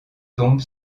tombent